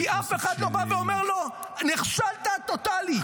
כי אף אחד לא בא ואומר לו: נכשלת טוטלית.